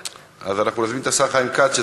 אז אנחנו מזמינים את השר חיים כץ,